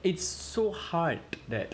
it's so hard that